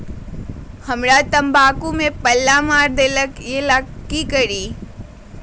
हमरा तंबाकू में पल्ला मार देलक ये ला का करी?